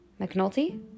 McNulty